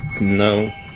No